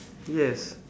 yes